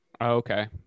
Okay